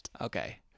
Okay